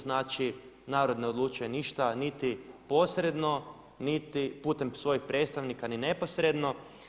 Znači narod ne odlučuje ništa niti posredno niti putem svojih predstavnika ni neposredno.